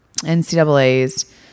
NCAA's